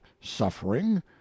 suffering